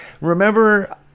Remember